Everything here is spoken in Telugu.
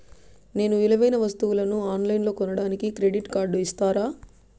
నేను విలువైన వస్తువులను ఆన్ లైన్లో కొనడానికి క్రెడిట్ కార్డు ఇస్తారా?